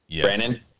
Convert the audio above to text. Brandon